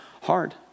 hard